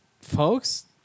Folks